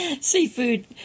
seafood